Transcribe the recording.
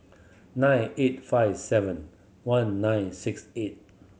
nine eight five seven one nine six eight